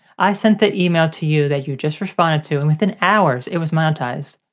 i sent the email to you that you just responded to and within hours it was monetized.